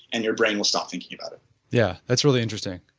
and your brain will stop thinking about it yeah, that's really interesting.